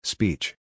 Speech